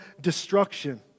destruction